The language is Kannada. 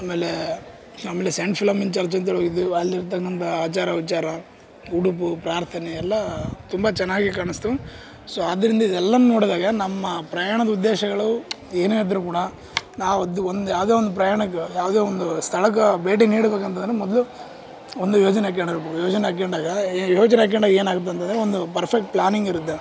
ಆಮೇಲೇ ಆಮೇಲೆ ಸೈಂಟ್ ಫಿಲೋಮಿನಾ ಚರ್ಚ್ ಅಂತೇಲೀ ಹೋಗಿದ್ವಿ ಅಲ್ಲಿರ್ತಕ್ಕಂಥ ಆಚಾರ ವಿಚಾರ ಉಡುಪು ಪ್ರಾರ್ಥನೆ ಎಲ್ಲ ತುಂಬ ಚೆನ್ನಾಗಿ ಕಾಣಿಸ್ತು ಸೊ ಆದ್ರಿಂದ ಇದೆಲ್ಲ ನೋಡಿದಾಗ ನಮ್ಮ ಪ್ರಯಾಣದ ಉದ್ದೇಶಗಳು ಏನೇ ಇದ್ರೂ ಕೂಡ ನಾವದು ಒಂದು ಯಾವುದೇ ಒಂದು ಪ್ರಯಾಣಕ್ಕೆ ಯಾವುದೇ ಒಂದು ಸ್ಥಳಕ್ಕೆ ಭೇಟಿ ನೀಡ್ಬೇಕಂತಂದ್ರೆ ಮೊದಲು ಒಂದು ಯೋಜನೆ ಹಾಕೊಂಡಿರ್ಬೇಕು ಯೋಜನೆ ಹಾಕೊಂಡಾಗ ಏ ಯೋಜನೆ ಹಾಕೊಂಡಾಗ ಏನಾಗತ್ತೆ ಅಂತಂದ್ರೆ ಒಂದು ಪರ್ಫೆಕ್ಟ್ ಪ್ಲ್ಯಾನಿಂಗ್ ಇರುತ್ತೆ